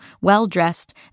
well-dressed